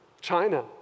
China